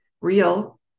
real